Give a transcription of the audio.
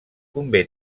convé